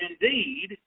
indeed